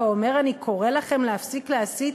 ואומר: אני קורא לכם להפסיק להסית,